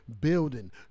building